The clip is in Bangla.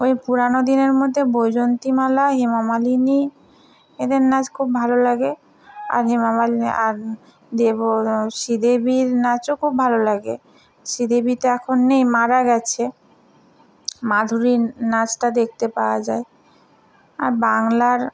ওই পুরানো দিনের মধ্যে বৈজয়ন্তীমালা হেমা মালিনী এদের নাচ খুব ভালো লাগে আর হেমা মালিনী আর দেবো শ্রীদেবীর নাচও খুব ভালো লাগে শ্রীদেবী তো এখন নেই মারা গেছে মাধুরীর নাচটা দেখতে পাওয়া যায় আর বাংলার